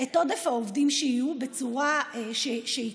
את עודף העובדים שיהיה בצורה שתיקבע.